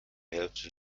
hälfte